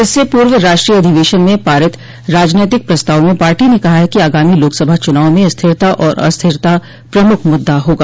इससे पूर्व राष्ट्रीय अधिवेशन में पारित राजनैतिक प्रस्ताव में पार्टी ने कहा है कि आगामी लोकसभा चुनाव में स्थिरता और अस्थिरता प्रमुख मुद्दा होगा